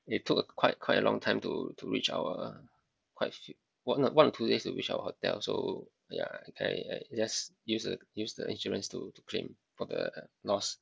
they took a quite quite a long time to to reach our quite a few one or one or two days to reach our hotel so yeah I I just use the use the insurance to to claim for the loss